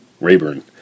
Rayburn